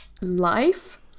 life